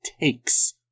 takes